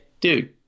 dude